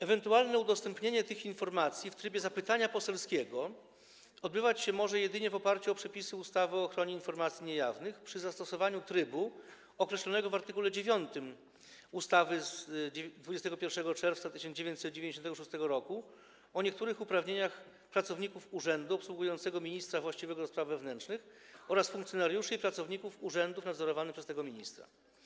Ewentualne udostępnienie tych informacji w trybie zapytania poselskiego odbywać się może jedynie w oparciu o przepisy ustawy o ochronie informacji niejawnych, przy zastosowaniu trybu określonego w art. 9 ustawy z 21 czerwca 1996 r. o niektórych uprawnieniach pracowników urzędu obsługującego ministra właściwego do spraw wewnętrznych oraz funkcjonariuszy i pracowników urzędów nadzorowanych przez tego ministra.